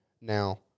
Now